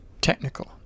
technical